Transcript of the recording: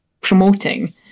promoting